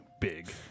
Big